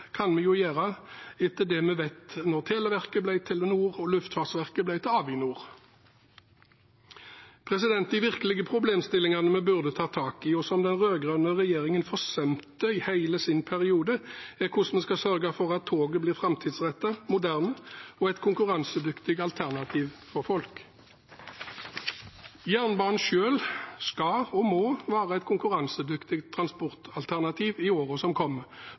kan vi jo gjøre etter det vi vet fra da Televerket ble til Telenor og Luftfartsverket ble til Avinor. Den virkelige problemstillingen vi burde ta tak i, og som den rød-grønne regjeringen forsømte i hele sin periode, er hvordan vi skal sørge for at toget blir et framtidsrettet, moderne og konkurransedyktig alternativ for folk. Jernbanen skal og må være et konkurransedyktig transportalternativ i årene som